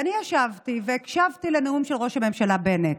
ואני ישבתי והקשבתי לנאום של ראש הממשלה בנט.